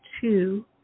two